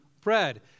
Bread